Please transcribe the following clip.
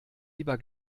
lieber